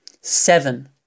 Seven